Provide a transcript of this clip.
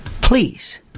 Please